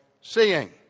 seeing